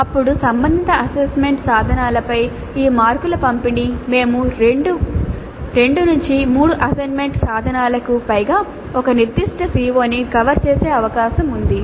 అప్పుడు సంబంధిత అసెస్మెంట్ సాధనాలపై ఈ మార్కుల పంపిణీ మేము 2 3 అసెస్మెంట్ సాధనాలకు పైగా ఒక నిర్దిష్ట CO ని కవర్ చేసే అవకాశం ఉంది